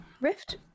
rift